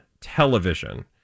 television